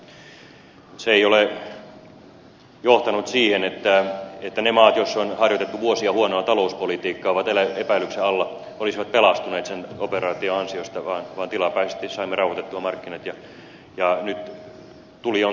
se ei ole johtanut siihen että ne maat joissa on harjoitettu vuosia huonoa talouspolitiikkaa ja jotka ovat epäilyksen alla olisivat pelastuneet sen operaation ansiosta vaan tilapäisesti saimme rauhoitettua markkinat ja nyt tuli on taas irti